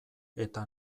eta